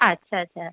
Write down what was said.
আচ্ছা আচ্ছা